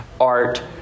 art